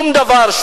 שום דבר,